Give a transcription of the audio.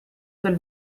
del